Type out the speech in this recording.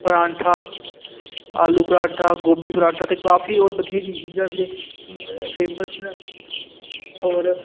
परांठा आलू परांठा गोभी परांठा ते काफी होर बथ्हेरी चीजां न ते फेमस न होर